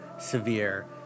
severe